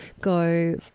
go